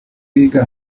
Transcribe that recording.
biga